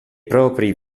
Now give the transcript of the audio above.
proprio